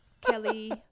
Kelly